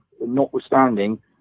notwithstanding